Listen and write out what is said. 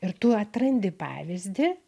ir tu atrandi pavyzdį